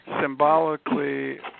symbolically